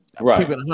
right